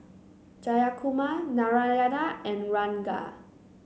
Jayakumar Narayana and Ranga